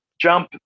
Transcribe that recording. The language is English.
jump